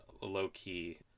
low-key